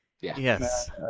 Yes